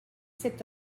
sept